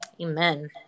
Amen